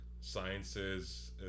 sciences